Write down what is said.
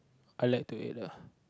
I like to eat uh